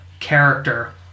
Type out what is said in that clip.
Character